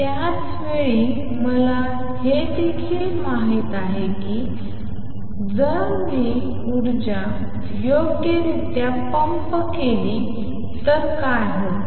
त्याच वेळी मला हे देखील माहित आहे की जर मी उर्जा योग्यरित्या पंप केली तर काय होते